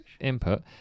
input